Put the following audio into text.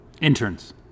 Interns